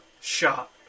shot